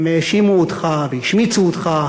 הם האשימו אותך והשמיצו אותך,